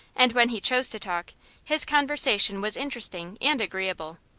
and when he chose to talk his conversation was interesting and agreeable.